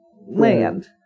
land